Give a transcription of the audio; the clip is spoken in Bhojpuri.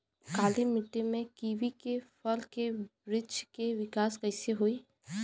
काली मिट्टी में कीवी के फल के बृछ के विकास कइसे होई?